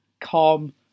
calm